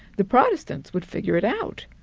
the protestants would figure it out.